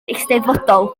eisteddfodol